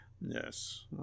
yes